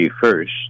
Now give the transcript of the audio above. first